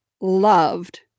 loved